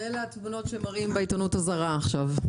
ואלה התמונות שמראים בעיתונות הזרה עכשיו.